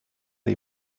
les